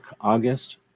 August